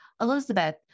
Elizabeth